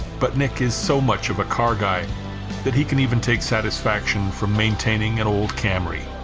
but nick is so much of a car guy that he can even take satisfaction from maintaining an old camry.